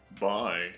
Bye